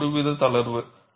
இது ஒருவித தளர்வு